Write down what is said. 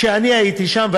כשאני הייתי שם,